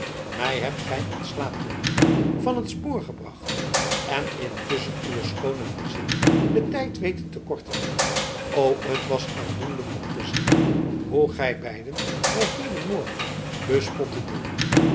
mij hebt gij in slaap gewiegd van t spoor gebracht en intusschen uwe schoone friezin den tijd weten te korten o t was aandoenlijk om te zien hoe gij beiden mij hedenmorgen bespottedet